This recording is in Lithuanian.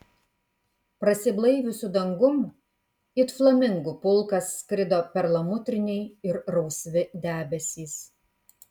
prasiblaiviusiu dangum it flamingų pulkas skrido perlamutriniai ir rausvi debesys